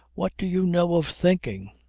what do you know of thinking.